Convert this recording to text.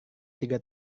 tiga